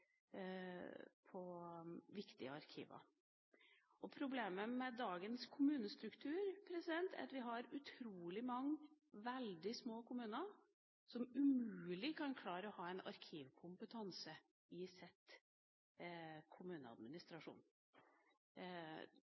viktige arkiver. Problemet med dagens kommunestruktur er at vi har utrolig mange veldig små kommuner som umulig kan klare å ha en arkivkompetanse i